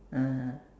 (uh huh)